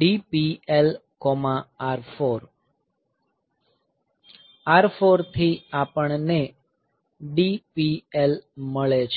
DPLR4 R4 થી આપણને DPL મળે છે